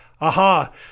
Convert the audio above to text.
Aha